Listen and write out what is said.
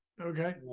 okay